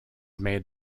made